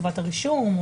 חובת הרישום,